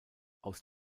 aus